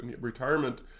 retirement